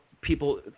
people